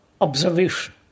observation